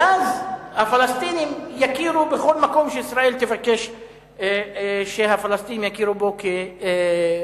ואז הפלסטינים יכירו בכל מקום שישראל תבקש שהפלסטינים יכירו בו כבירתם,